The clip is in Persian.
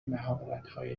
مهراتهای